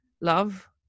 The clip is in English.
love